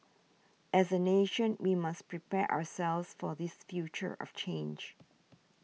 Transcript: as a nation we must prepare ourselves for this future of change